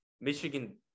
Michigan